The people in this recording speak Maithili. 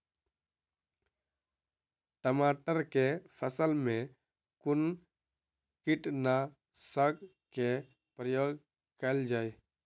टमाटर केँ फसल मे कुन कीटनासक केँ प्रयोग कैल जाय?